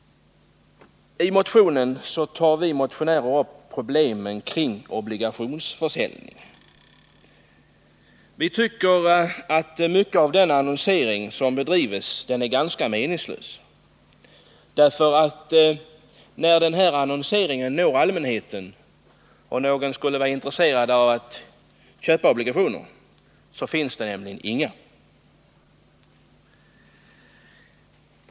I motionen tar vi motionärer upp problemen kring obligationsförsäljningen. Vi tycker att den annonsering som bedrivs i ganska stor utsträckning är meningslös, för när den här annonseringen når allmänheten och någon är intresserad av att köpa obligationer, så finns det inga.